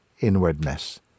inwardness